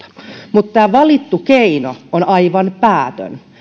mutta tämä valittu keino on aivan päätön